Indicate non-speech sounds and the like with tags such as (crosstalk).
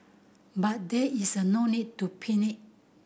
but there is a no need to (unintelligible)